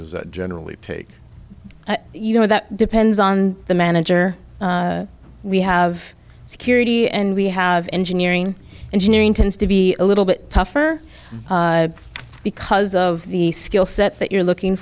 does that generally take you know that depends on the manager we have security and we have engineering engineering tends to be a little bit tougher because of the skill set that you're looking